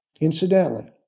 Incidentally